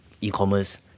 e-commerce